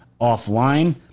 offline